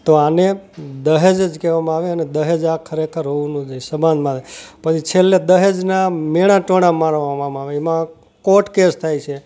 તો આને દહેજ જ કહેવામાં આવે અને દહેજ આ ખરેખર હોવું ન જોઈએ સમાજમાં પછી છેલ્લે દહેજના મેણાં ટોણાં મારવામાં આવે એમાં કોર્ટ કેસ થાય છે